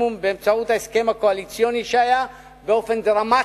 באמצעות ההסכם הקואליציוני את שכר המינימום באופן דרמטי,